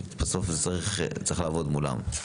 בסוף זה צריך, צריך לעבוד מולם.